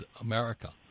America